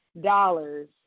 dollars